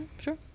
Sure